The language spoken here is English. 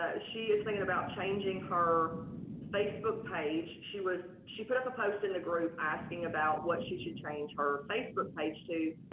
ah she is thinking about changing her facebook page. she was she put the post in the group asking about what she should change her facebook page to,